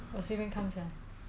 我随便看讲